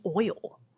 oil